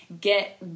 get